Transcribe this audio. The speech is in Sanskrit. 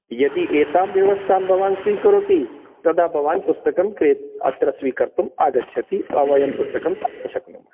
यदि एतां व्यवस्थां भवान् स्वीकरोति तदा भवान् पुस्तकं क्रे अत्र स्वीकर्तुम् आगच्छति वा वयं पुस्तक दातुं शक्नुमः